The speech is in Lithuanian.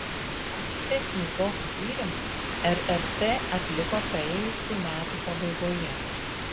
ankstesnį tokį tyrimą rrt atliko praėjusių metų pabaigoje